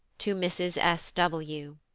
to mrs. s. w.